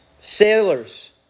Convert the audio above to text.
sailors